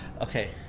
Okay